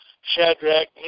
Shadrach